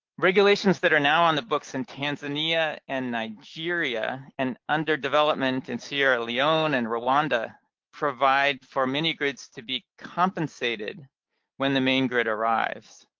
regulations that are now in the books in tanzania and nigeria and under development in sierra leone and rwanda provide for mini-grids to be compensated when the main grid arrives.